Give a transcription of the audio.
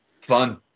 Fun